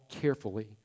carefully